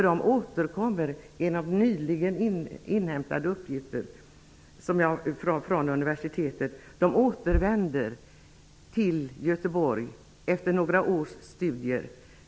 De återkommer, enligt nyligen ihämtade uppgifter från universitetet, till Göteborg efter några års studier.